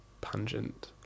pungent